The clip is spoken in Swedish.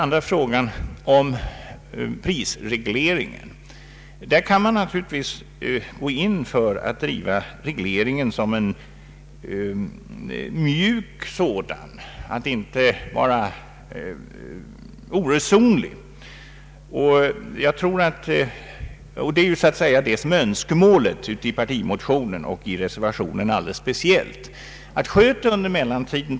Beträffande prisregleringen kan man gå in för att driva den mjukt och inte vara oresonlig. Det är ett önskemål i vår partimotion och alldeles speciellt i reservationen.